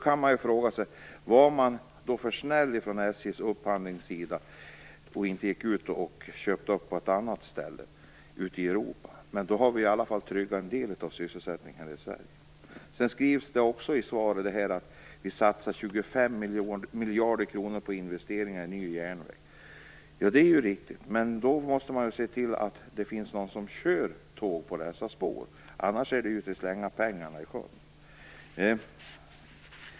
Man kan fråga sig om man var för snäll från SJ:s upphandling när man inte köpte på något annat ställe ute i Europa. Men vi har i alla fall tryggat en del av sysselsättningen här i I svaret skriver ministern att vi satsar 25 miljarder kronor på investeringar i ny järnväg, och det är ju riktigt. Men då måste man se till att det finns någon som kör tåg på dessa spår. Annars är det att slänga pengarna i sjön.